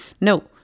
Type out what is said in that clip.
No